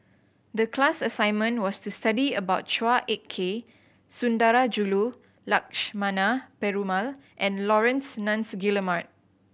the class assignment was to study about Chua Ek Kay Sundarajulu Lakshmana Perumal and Laurence Nunns Guillemard